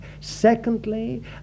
Secondly